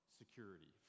security